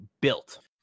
built